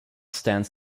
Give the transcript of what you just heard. stands